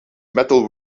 metal